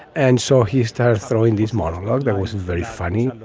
and so he started throwing these monologue. that wasn't very funny.